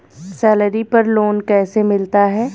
Salary पर loan कैसे मिलता है?